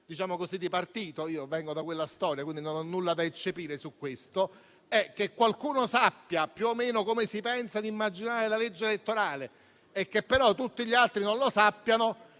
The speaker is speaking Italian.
riunioni di partito (vengo da quella storia, quindi non ho nulla da eccepire su questo), il fatto che qualcuno sappia più o meno come si pensa di immaginare la legge elettorale, e che però tutti gli altri non lo sappiano,